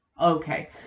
okay